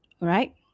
right